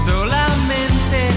Solamente